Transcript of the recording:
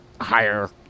higher